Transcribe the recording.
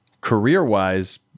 career-wise